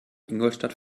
ingolstadt